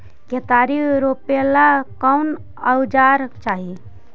केतारी रोपेला कौन औजर चाही?